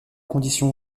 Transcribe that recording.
condition